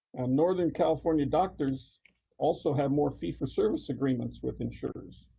northern california doctors also have more fee for service agreements with insurers.